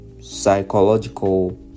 Psychological